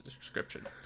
description